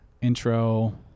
intro